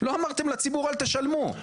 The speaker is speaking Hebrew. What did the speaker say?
אל תשלמו.